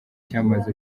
cy’amazi